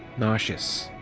nauseous.